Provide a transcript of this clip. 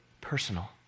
personal